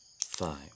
Five